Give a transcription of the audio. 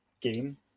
game